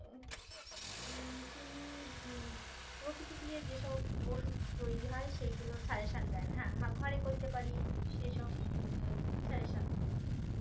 তিনি প্রকৃতি দ যেসব ওষুধ তৈরি হয় সেইগুলোর সাজেশান দেন হ্যাঁ হ ঘরে করতে পারি সেসব সাজেশান দেন